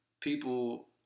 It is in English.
people